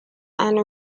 and